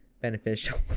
beneficial